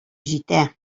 җитә